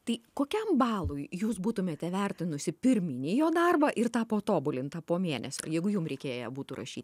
tai kokiam balui jūs būtumėte vertinusi pirminį jo darbą ir tą patobulintą po mėnesio jeigu jum reikėję būtų rašyti